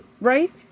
right